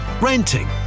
renting